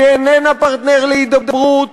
שהיא איננה פרטנר להידברות.